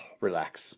relax